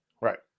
Right